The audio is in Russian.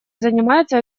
занимается